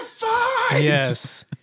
Yes